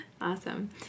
awesome